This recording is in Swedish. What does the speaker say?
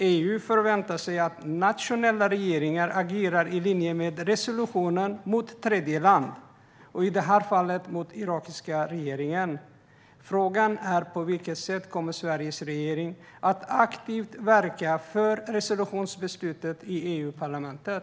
EU förväntar sig att nationella regeringar agerar i linje med resolutionen mot tredjeland, och i det här fallet mot irakiska regeringen. Frågan är: På vilket sätt kommer Sveriges regering att aktivt verka för resolutionsbeslutet i EU-parlamentet?